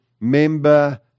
member